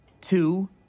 two